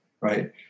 right